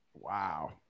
Wow